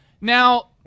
Now